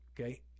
Okay